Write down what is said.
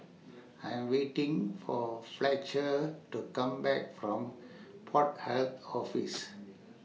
I Am waiting For Fletcher to Come Back from Port Health Office